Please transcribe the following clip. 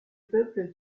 peuple